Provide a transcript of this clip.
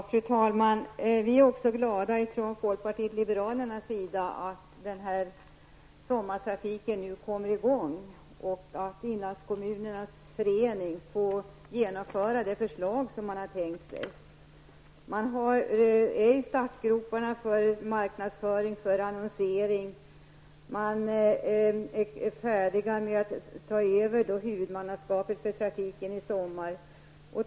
Fru talman! Vi i folkpartiet liberalerna är också glada att sommartrafiken kommer i gång och att inlandskommunernas ekonomiska förening får förslaget genomfört så som man tänkt sig. Man är i startgroparna för marknadsföring och för annonsering, man är färdig med att ta över huvudmannaskapet för trafiken i sommar.